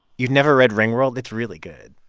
you've never read ringworld? it's really good.